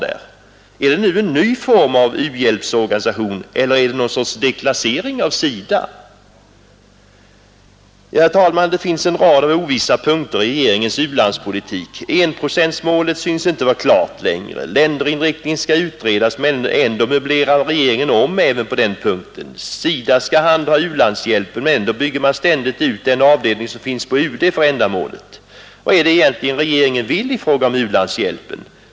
Är detta en ny form av u-hjälpsorganisationen, är det någon sorts deklassering av SIDA? Fru talman! Det finns en rad av ovissa punkter i regeringens u-landspolitik. Enprocentsmålet synes inte vara klart längre. Länderinriktningen skall utredas, men ändå möblerar regeringen om även på denna punkt. SIDA skall handha u-landshjälpen, men ändå bygger man ständigt ut den avdelning som finns på UD för detta ändamål. Vad är det egentligen regeringen vill i fråga om u-landshjälpen?